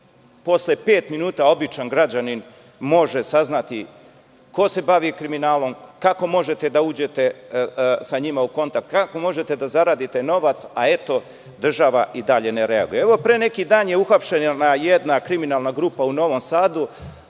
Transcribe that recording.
posle pet minuta običan građanin može saznati ko se bavi kriminalom, kako možete da uđete sa njima u kontakt, kako možete da zaradite novac, a eto, država i dalje ne reaguje. Evo, pre neki dan je uhapšena jedna kriminalna grupa u Novom Sadu